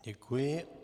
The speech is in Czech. Děkuji.